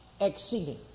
Exceeding